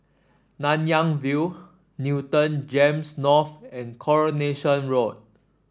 Nanyang View Newton Gems North and Coronation Road